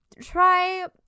try